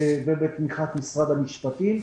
ובתמיכת משרד המשפטים,